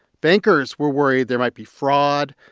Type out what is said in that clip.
bankers were worried there might be fraud,